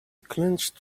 clenched